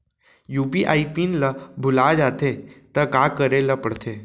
UPI PIN ल भुला जाथे त का करे ल पढ़थे?